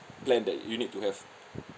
plan that you need to have